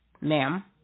ma'am